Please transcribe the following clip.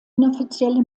inoffizielle